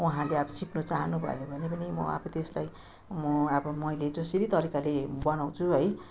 उहाँहरूले अब सिक्न चाहनु भयो भने पनि म अब त्यसलाई म अब मैले जसरी तरिकाले बनाउँछु है त्यही